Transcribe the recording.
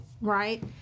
Right